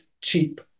cheap